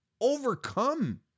overcome